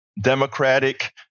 Democratic